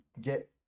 get